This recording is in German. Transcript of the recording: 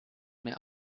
mehr